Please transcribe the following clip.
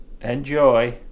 Enjoy